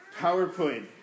powerpoint